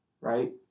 Right